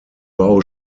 bau